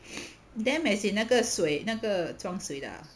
dam as in 那个水那个装水的 ah